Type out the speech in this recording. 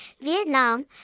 Vietnam